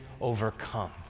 overcome